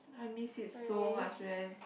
I miss it so much man